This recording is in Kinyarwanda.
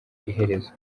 iherezo